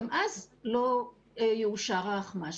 גם אז לא יאושר האחמ"ש.